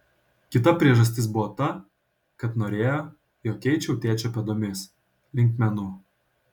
kita priežastis buvo ta kad norėjo jog eičiau tėčio pėdomis link menų